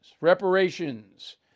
Reparations